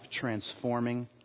transforming